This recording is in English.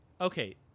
Okay